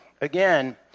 again